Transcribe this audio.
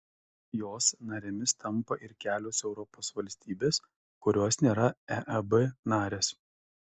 jos narėmis tampa ir kelios europos valstybės kurios nėra eeb narės